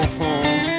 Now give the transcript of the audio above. home